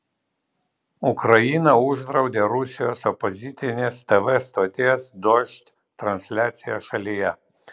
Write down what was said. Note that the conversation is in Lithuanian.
ukraina uždraudė rusijos opozicinės tv stoties dožd transliaciją šalyje